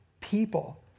people